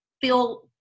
feel